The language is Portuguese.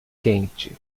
quente